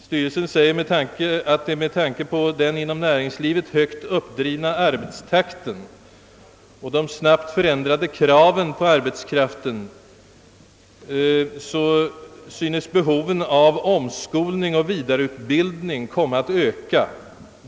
Styrelsen säger att »med tanke på den inom näringslivet högt uppdrivna arbetstakten och de snabbt förändrade kraven på arbetskraften synes behoven av omskolning och vidareutbildning komma att öka.